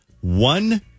one